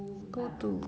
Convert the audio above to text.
go to